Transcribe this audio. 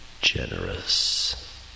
Generous